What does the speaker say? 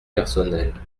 personnelle